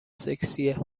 سکسیه